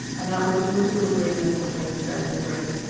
and that was a political agreement between australia and britain.